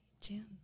June